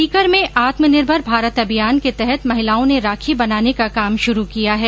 सीकर में आत्मनिर्भर भारत अभियान के तहत महिलाओं ने राखी बनाने का काम शुरु किया है